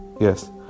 Yes